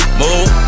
move